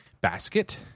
Basket